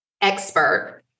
expert